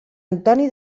antoni